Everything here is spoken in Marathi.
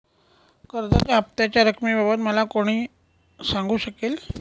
कर्जाच्या हफ्त्याच्या रक्कमेबाबत मला कोण सांगू शकेल?